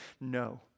no